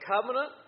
covenant